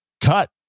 cut